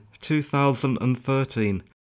2013